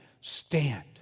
stand